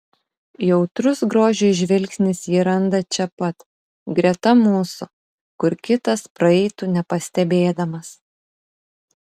jautrus grožiui žvilgsnis jį randa čia pat greta mūsų kur kitas praeitų nepastebėdamas